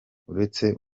uretse